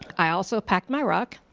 i also packed my rock,